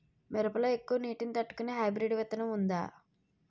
మిరప లో ఎక్కువ నీటి ని తట్టుకునే హైబ్రిడ్ విత్తనం వుందా?